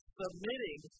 submitting